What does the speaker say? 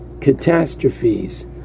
catastrophes